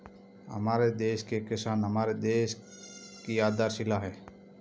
हमारे देश के किसान हमारे देश की आधारशिला है